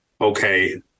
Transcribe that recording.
okay